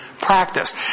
practice